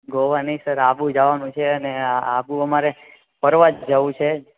ગોવા નય સર આબુ જવાનું છે અને આબુ અમારે ફરવા જ જવું છે